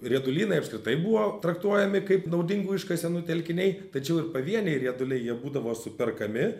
riedulynai apskritai buvo traktuojami kaip naudingų iškasenų telkiniai tačiau ir pavieniai rieduliai jie būdavo superkami